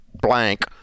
blank